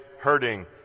hurting